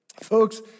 Folks